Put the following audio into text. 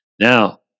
Now